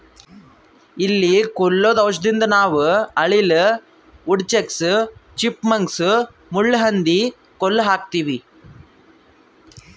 ಇಲಿ ಕೊಲ್ಲದು ಔಷಧದಿಂದ ನಾವ್ ಅಳಿಲ, ವುಡ್ ಚಕ್ಸ್, ಚಿಪ್ ಮಂಕ್ಸ್, ಮುಳ್ಳಹಂದಿ ಕೊಲ್ಲ ಹಾಕ್ತಿವಿ